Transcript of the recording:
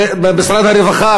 ומשרד הרווחה,